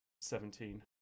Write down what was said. seventeen